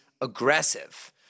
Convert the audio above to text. aggressive